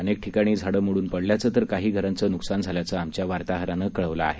अनेक ठिकाणी झाडं मोडून पडल्याचं तर काही घरांचं न्कसान झाल्याचं आमच्या वार्ताहरानं कळवलं आहे